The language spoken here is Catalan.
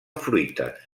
fruites